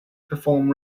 perform